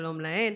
שלום להן.